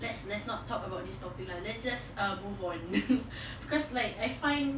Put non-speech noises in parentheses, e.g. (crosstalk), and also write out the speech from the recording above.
let's let's not talk about this topic lah let's just uh move on (laughs) because like I find